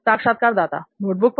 साक्षात्कारदाता नोटबुक पर